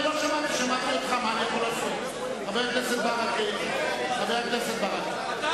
חבר הכנסת ברכה, נא לצאת מהאולם.